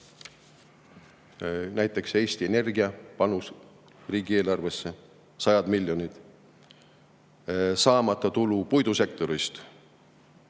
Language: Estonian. Näiteks Eesti Energia panus riigieelarvesse on sajad miljonid, saamata tulu puidusektorist